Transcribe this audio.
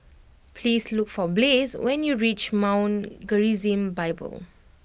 please look for Blaze when you reach Mount Gerizim Bible